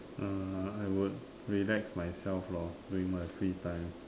uh I would relax myself lor during my free time